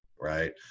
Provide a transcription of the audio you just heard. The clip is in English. Right